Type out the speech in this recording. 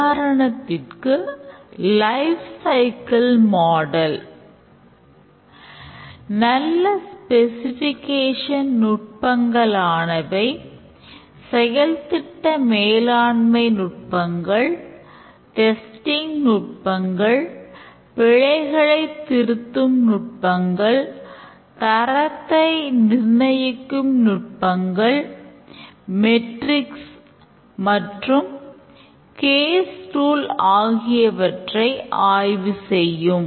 உதாரணத்திற்கு life cycle model ஆகியவற்றைக் ஆய்வு செய்யும்